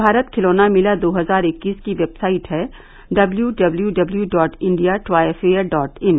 भारत खिलौना मेला दो हजार इक्कीस की वेबसाइट है W W W dot India toy fair dot इन